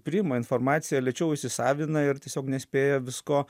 priima informaciją lėčiau įsisavina ir tiesiog nespėja visko